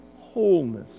wholeness